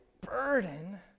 burden